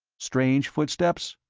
strange footsteps?